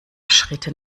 schritte